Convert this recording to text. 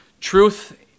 Truth